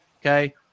Okay